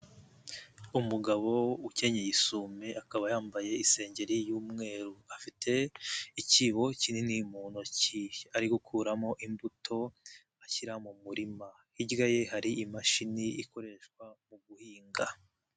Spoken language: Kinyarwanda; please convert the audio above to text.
Umugabo ukenyeye isume akaba yambaye isengeri y'umweru, afite ikibo kinini mu ntoki ari gukuramo imbuto ashyira mu murima, hirya ye hari imashini ikoreshwa mu guhinga.